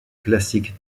classique